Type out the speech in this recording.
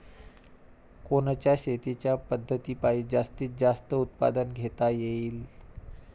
कोनच्या शेतीच्या पद्धतीपायी जास्तीत जास्त उत्पादन घेता येईल?